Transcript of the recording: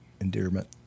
endearment